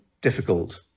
difficult